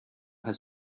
had